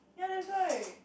ya that why